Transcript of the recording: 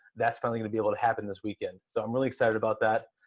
that's finally gonna be able to happen this weekend so i'm really excited about that.